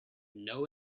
know